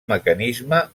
mecanisme